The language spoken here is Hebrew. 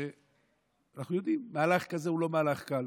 אנחנו יודעים, מהלך כזה הוא לא מהלך קל.